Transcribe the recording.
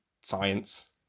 science